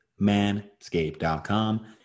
ManScape.com